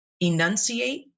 enunciate